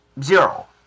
Zero